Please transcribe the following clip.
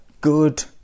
good